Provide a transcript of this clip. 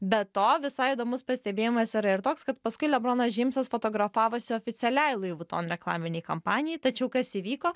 be to visai įdomus pastebėjimas yra ir toks kad paskui lebronas džeimsas fotografavosi oficialiai louis vuitton reklaminei kampanijai tačiau kas įvyko